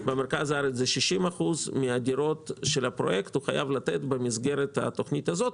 במרכז הארץ זה 60% מהדירות של הפרויקט הוא חייב לתת במסגרת התוכנית הזו.